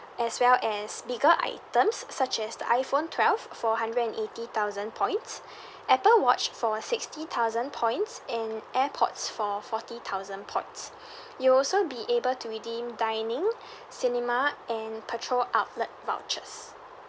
as well as bigger items such as the iphone twelve for hundred and eighty thousand points apple watch for sixty thousand points and airpods for forty thousand points you'll also be able to redeem dining cinema and petrol outlet vouchers